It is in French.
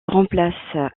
remplace